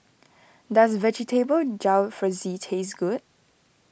does Vegetable Jalfrezi taste good